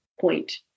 point